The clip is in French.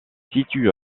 situe